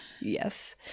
Yes